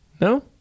No